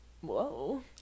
whoa